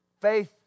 Faith